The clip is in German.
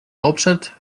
hauptstadt